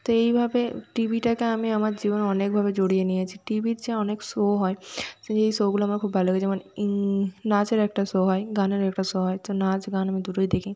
তো এইভাবে টি ভিটাকে আমি আমার জীবনে অনেকভাবে জড়িয়ে নিয়েছি টি ভির যে অনেক শো হয় সেই শোগুলো আমার খুব ভালো লাগে যেমন নাচের একটা শো হয় গানেরও একটা শো হয় তো নাচ গান আমি দুটোই দেখি